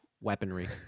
weaponry